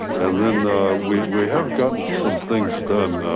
and then we we have gotten some things done.